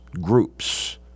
groups